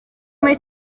muri